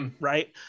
right